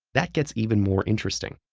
that gets even more interesting.